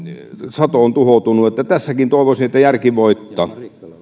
sato on tuhoutunut tässäkin toivoisin että järki voittaa